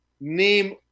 Name